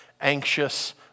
anxious